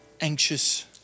anxious